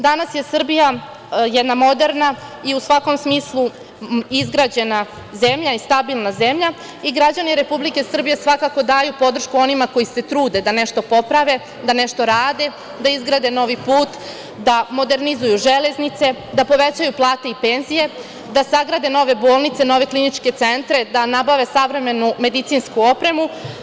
Danas je Srbija jedna moderna i u svakom smislu izgrađena zemlja i stabilna zemlja i građani Republike Srbije svakako daju podršku onima koji se trude da nešto poprave, da nešto rade, da izgrade novi put, da modernizuju železnice, da povećaju plate i penzije, da sagrade nove bolnice, nove kliničke centre, da nabave savremenu medicinsku opremu.